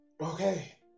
okay